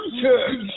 church